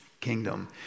kingdom